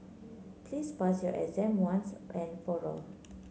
please pass your exam once and for all